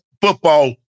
Football